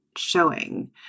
showing